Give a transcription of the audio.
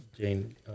Jane